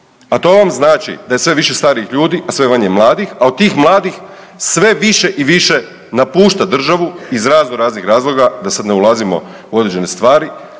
a to vam znači da je sve više starijih ljudi, a sve manje mladih, a od tih mladih sve više i više napušta državu iz razno raznih razloga da sad ne ulazimo u određene stvari,